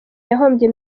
yahombye